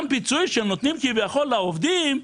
גם הפיצוי שהם נותנים כביכול לעובדים,